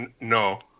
No